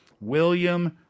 William